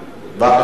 בבקשה.